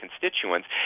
constituents